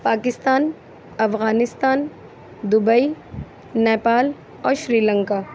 Pakistan Afghanistan Dubai Nepal اور شریلنکا